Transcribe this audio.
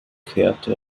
kehrte